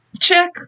Check